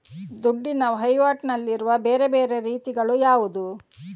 ದುಡ್ಡಿನ ವಹಿವಾಟಿನಲ್ಲಿರುವ ಬೇರೆ ಬೇರೆ ರೀತಿಗಳು ಯಾವುದು?